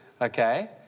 Okay